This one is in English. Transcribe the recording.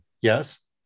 Yes